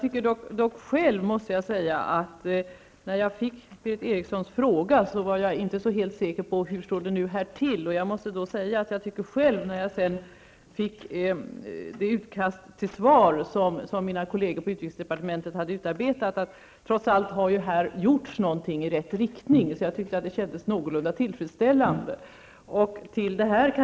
Fru talman! När jag fick Berith Erikssons fråga var jag inte så säker på hur det egentligen står till. När jag sedan fick det utkast till svar som mina kolleger på utrikesdepartementet hade utarbetat, tyckte jag att trots allt har här gjorts något i rätt riktning. Det kändes någorlunda tillfredsställande.